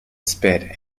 spit